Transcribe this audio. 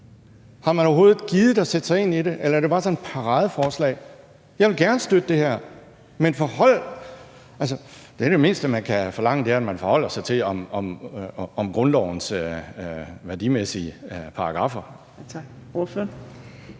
Har man overhovedet gidet at sætte sig ind i det, eller er det bare sådan et paradeforslag? Jeg vil gerne støtte det her, men det mindste, man kan forlange, er, at man forholder sig til grundlovens værdimæssige paragraffer. Kl. 14:08 Fjerde